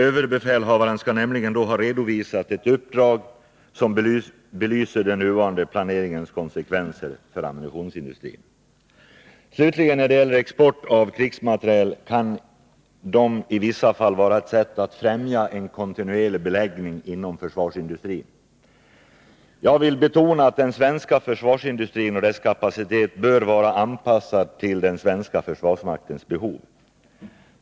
Överbefälhavaren skall nämligen då redovisa ett uppdrag som belyser den nuvarande planeringens konsekvenser för ammunitionsindustrin. Export av krigsmateriel kan i vissa fall vara ett sätt att främja en kontinuerlig beläggning inom försvarsindustrin. Jag vill dock betona att den svenska försvarsindustrins kapacitet bör vara anpassad till den svenska försvarsmaktens behov.